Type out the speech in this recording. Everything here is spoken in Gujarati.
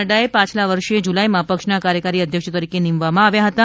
નક્રાએ પાછલા વર્ષે જુલાઇમાં પક્ષના કાર્યકારી અધ્યક્ષ તરીકે નીમવામાં આવ્યા હતા